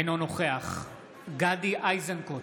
אינו נוכח גדי איזנקוט,